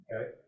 okay